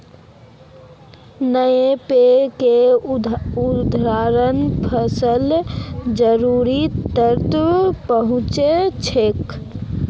NPK उर्वरक फसलत जरूरी तत्व पहुंचा छेक